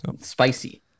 spicy